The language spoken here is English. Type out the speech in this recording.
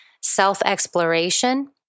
self-exploration